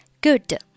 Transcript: Good